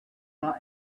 not